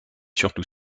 surtout